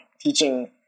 teaching